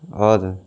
हजुर